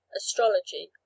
astrology